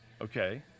Okay